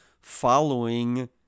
following